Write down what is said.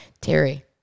Terry